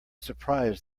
surprised